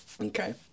Okay